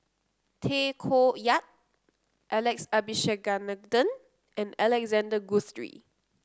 Tay Koh Yat Alex Abisheganaden and Alexander Guthrie